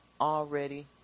already